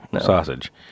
sausage